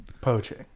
poaching